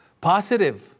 positive